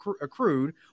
accrued